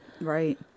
right